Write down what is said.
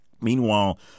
Meanwhile